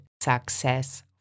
success